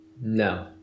No